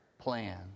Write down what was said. plan